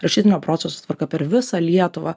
rašytinio proceso tvarka per visą lietuvą